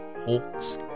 hawks